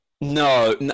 No